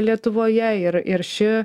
lietuvoje ir ir ši